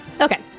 Okay